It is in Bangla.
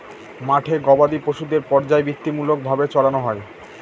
মাঠে গোবাদি পশুদের পর্যায়বৃত্তিমূলক ভাবে চড়ানো হয়